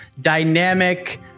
dynamic